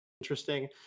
interesting